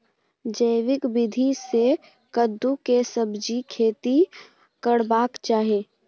जैविक विधी से कद्दु के सब्जीक खेती करबाक चाही?